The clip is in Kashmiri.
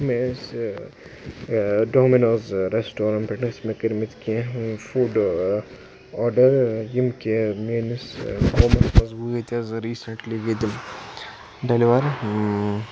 مےٚ ٲسۍ ڈامِنوز ریٚسٹورَنٛٹ پٮ۪ٹھ ٲسۍ مےٚ کٔرمٕتۍ کینٛہہ فُڈ آرڈَر یِم کہِ میٲنِس روٗمَس مَنٛز وٲتۍ حظ ریٖسنٹلی گٔے تِم ڈیٚلِوَر